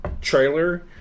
trailer